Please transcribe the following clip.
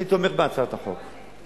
אני תומך בהצעת החוק.